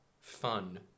fun